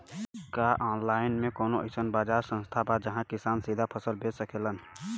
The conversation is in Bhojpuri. का आनलाइन मे कौनो अइसन बाजार स्थान बा जहाँ किसान सीधा फसल बेच सकेलन?